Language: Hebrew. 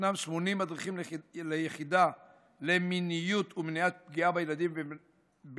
ישנם 80 מדריכים ליחידה למיניות ומניעת פגיעה בילדים ונוער